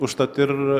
užtat ir